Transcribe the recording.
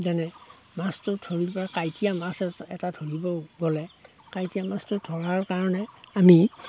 যেনে মাছটো ধৰিব পৰা কাঁইটীয়া মাছ এটা ধৰিব গ'লে কাঁইটীয়া মাছটো ধৰাৰ কাৰণে আমি